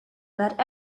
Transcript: that